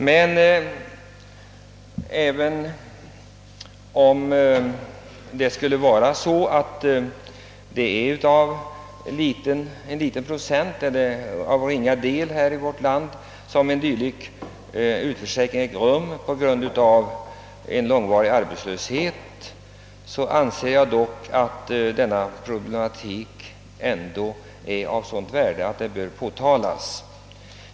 Men även om utförsäkring ägt rum endast för ett litet antal på grund av långvarig arbetslöshet anser jag att problemet måste tas upp till behandling.